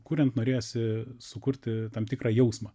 kuriant norėjosi sukurti tam tikrą jausmą